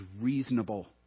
reasonable